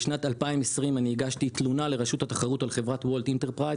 בשנת 2020 אני הגשתי תלונה לרשות התחרות על חברת וולט אינטרפרייס